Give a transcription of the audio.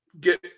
get